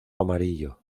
amarillo